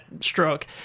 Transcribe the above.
stroke